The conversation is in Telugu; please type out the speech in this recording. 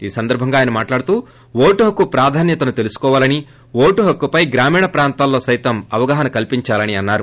ఈ సందర్బంగా ఆయన మాట్లాడుతూ ఓటు హక్కు ప్రాధాన్యతను తెలుసుకోవాని ఓటు హక్కుపై గ్రామీణ ప్రాంతాలలో సైతం అవగాహన కల్పించాలని అన్నారు